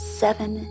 seven